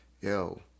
Yo